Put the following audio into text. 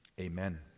amen